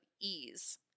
ease